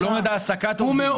הוא לא מעודד העסקת עובדים.